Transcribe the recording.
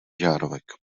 žárovek